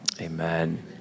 Amen